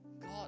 God